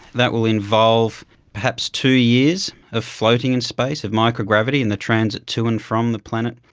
that will involve perhaps two years of floating in space, of microgravity in the transit to and from the planet,